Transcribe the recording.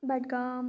Budgam